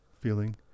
feeling